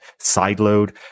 sideload